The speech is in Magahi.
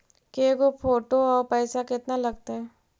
के गो फोटो औ पैसा केतना लगतै?